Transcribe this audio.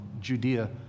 Judea